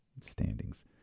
standings